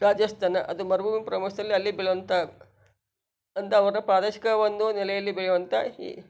ರಾಜಸ್ತಾನ ಅದು ಮರುಭೂಮಿ ಅಲ್ಲಿ ಬೆಳೆಯುವಂಥ ಅಂದ ಅವರ ಪ್ರಾದೇಶಿಕ ಒಂದು ನೆಲೆಯಲ್ಲಿ ಬೆಳೆಯುವಂಥ ಈ